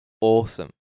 awesome